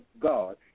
God